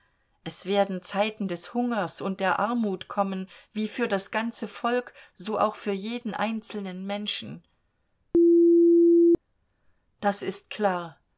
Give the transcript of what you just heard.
es werden zeiten des hungers und der armut kommen wie für das ganze volk so auch für jeden einzelnen menschen das ist klar